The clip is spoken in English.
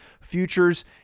futures